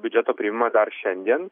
biudžeto priėmimą dar šiandien